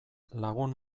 lagun